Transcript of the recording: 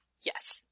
Yes